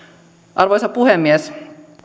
arvoisa puhemies